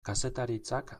kazetaritzak